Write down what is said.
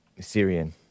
Syrian